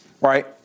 Right